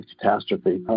catastrophe